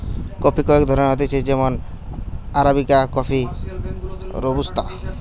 coffee কয়েক ধরণের হতিছে যেমন আরাবিকা কফি, রোবুস্তা